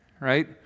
right